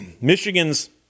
Michigan's